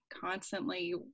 constantly